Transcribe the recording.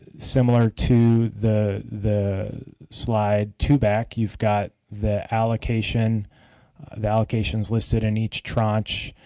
similar to the the slide two back you've got the allocation the allocations listed in each tranche.